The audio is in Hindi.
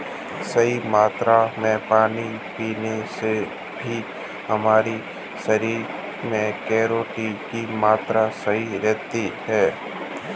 सही मात्रा में पानी पीने से भी हमारे शरीर में केराटिन की मात्रा सही रहती है